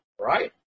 right